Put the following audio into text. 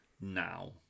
now